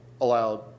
allowed